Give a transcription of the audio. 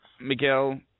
Miguel